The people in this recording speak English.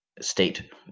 state